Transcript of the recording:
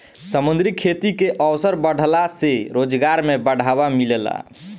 समुंद्री खेती के अवसर बाढ़ला से रोजगार में बढ़ावा मिलेला